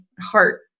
heart